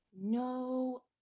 no